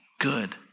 good